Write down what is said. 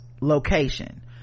location